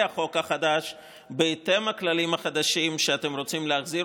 החוק החדש בהתאם לכללים החדשים שאתם רוצים להחזיר,